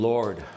Lord